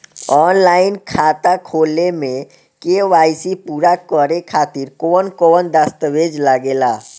Online खाता खोले में के.वाइ.सी पूरा करे खातिर कवन कवन दस्तावेज लागे ला?